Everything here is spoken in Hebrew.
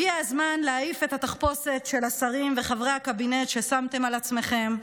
הגיע הזמן להעיף את התחפושת של השרים וחברי הקבינט ששמתם על עצמכם,